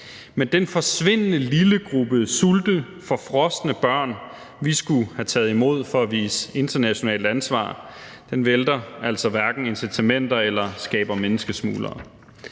men den forsvindende lille gruppe sultne, forfrosne børn, vi skulle have taget imod for at vise internationalt ansvar, vælter altså hverken incitamenter eller skaber menneskesmuglere.